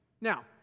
Now